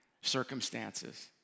circumstances